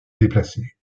déplacé